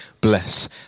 bless